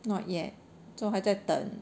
not yet so 还在等